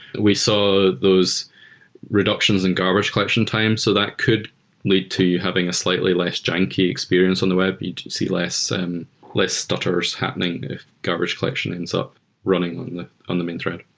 we saw those reductions in garbage collections times. so that could lead to you having a slightly less junky experience on the web. you see less and less stutters happening if garbage collection ends up running on the on the main thread.